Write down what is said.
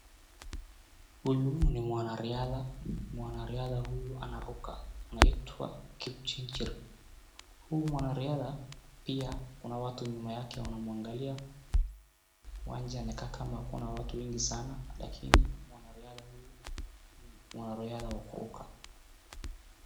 Huyu ni mwana riadha. Mwanariadha huyu anaruka anaitwa kipchijer. Huyu mwanariadha pia Kuna watu nyumba yake wanamwangalia. Uwanjani inakaa nikama Kuna watu wengi sana lakini mwanariadha huyu ni mwanariadha hukuka.